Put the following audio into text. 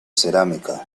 cerámica